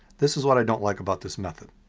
this is what i don't like about this method.